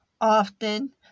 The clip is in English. often